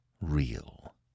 real